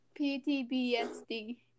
PTBSD